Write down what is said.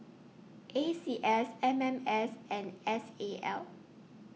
A C S M M S and S A L